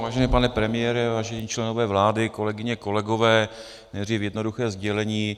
Vážený pane premiére, vážení členové vlády, kolegyně a kolegové, nejdřív jednoduché sdělení.